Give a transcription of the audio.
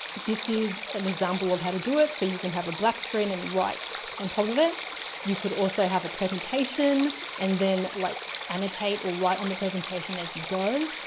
this is an example of how to do it. so you can have a black screen and right on top of it you could also have a presentation and then like annotate or write on the presentation as you go.